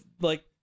like-